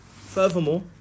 Furthermore